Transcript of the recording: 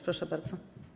Proszę bardzo.